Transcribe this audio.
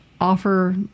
Offer